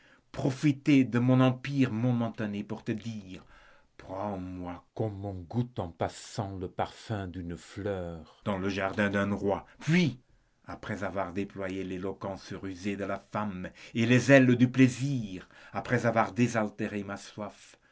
profiter de mon empire momentané pour te dire prends-moi comme on goûte en passant le parfum d'une fleur dans le jardin d'un roi puis après avoir déployé l'éloquence rusée de la femme et les ailes du plaisir après avoir désaltéré ma soif